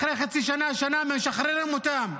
אחרי חצי שנה, שנה, משחררים אותם.